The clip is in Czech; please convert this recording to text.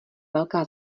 velká